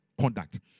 conduct